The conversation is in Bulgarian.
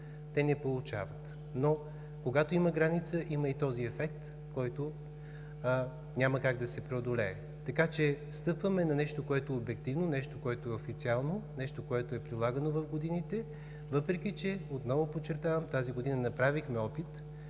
те не получават, но когато има граница – има и този ефект, който няма как да се преодолее, така че стъпваме на нещо, което е обективно, нещо, което е официално, нещо, което е прилагано в годините, въпреки че, отново подчертавам, тази година направихме опит,